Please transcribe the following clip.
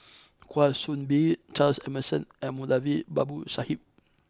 Kwa Soon Bee Charles Emmerson and Moulavi Babu Sahib